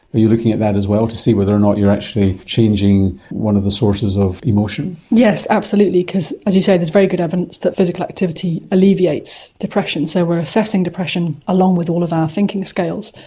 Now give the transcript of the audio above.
are you looking at that as well to see whether or not you're actually changing one of the sources of emotion? emotion? yes, absolutely, because as you say there's very good evidence that physical activity alleviates depression, so we're assessing depression along with all of our thinking scales.